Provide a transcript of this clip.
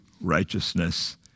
righteousness